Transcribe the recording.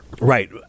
Right